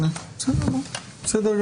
בסדר.